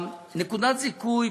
נקודת זיכוי.